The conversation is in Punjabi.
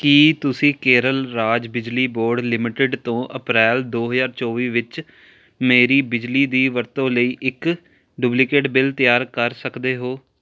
ਕੀ ਤੁਸੀਂ ਕੇਰਲ ਰਾਜ ਬਿਜਲੀ ਬੋਰਡ ਲਿਮਟਿਡ ਤੋਂ ਅਪ੍ਰੈਲ ਦੋ ਹਜ਼ਾਰ ਚੌਵੀ ਵਿੱਚ ਮੇਰੀ ਬਿਜਲੀ ਦੀ ਵਰਤੋਂ ਲਈ ਇੱਕ ਡੁਪਲੀਕੇਟ ਬਿੱਲ ਤਿਆਰ ਕਰ ਸਕਦੇ ਹੋ